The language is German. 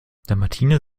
dalmatiner